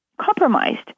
compromised